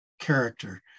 character